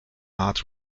heart